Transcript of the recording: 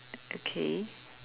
okay